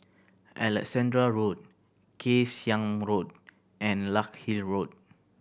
Alexandra Road Kay Siang Road and Larkhill Road